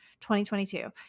2022